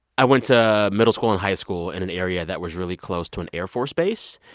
i went to middle school and high school in an area that was really close to an air force base,